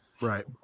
right